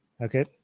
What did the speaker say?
Okay